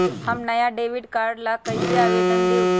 हम नया debit card ला कईसे आवेदन दिउ?